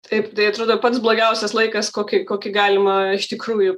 taip tai atrodo pats blogiausias laikas kokį kokį galima iš tikrųjų